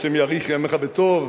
ה' יאריך ימיך בטוב,